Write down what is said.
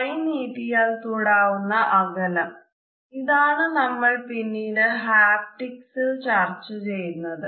far space ചർച്ച ചെയുന്നത്